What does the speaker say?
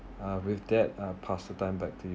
uh with that uh pass the time back to you